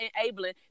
enabling